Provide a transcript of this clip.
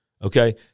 Okay